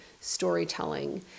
storytelling